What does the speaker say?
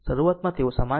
શરૂઆતમાં તેઓ સમાન છે